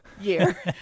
year